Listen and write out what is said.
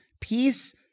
peace